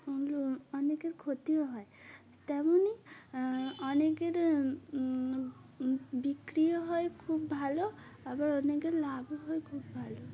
অনেকের ক্ষতিও হয় তেমনই অনেকের বিক্রিও হয় খুব ভালো আবার অনেকের লাভও হয় খুব ভালো